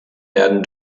werden